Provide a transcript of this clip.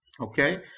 Okay